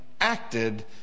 acted